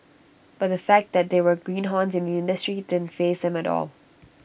but the fact that they were greenhorns in the industry didn't faze them at all